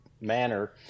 manner